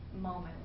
moment